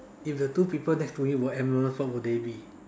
if the two people next to you were animals what would they be